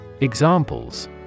Examples